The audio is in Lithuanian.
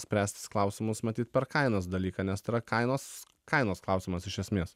spręstis klausimus matyt per kainos dalyką nes tai yra kainos kainos klausimas iš esmės